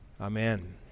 Amen